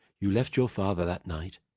you left your father that night,